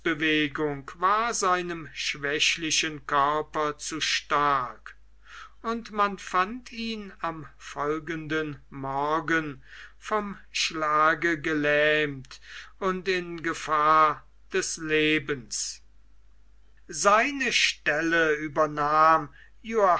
war seinem schwächlichen körper zu stark und man fand ihn am folgenden morgen vom schlage gelähmt und in gefahr des lebens seine stelle übernahm